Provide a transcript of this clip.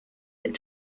that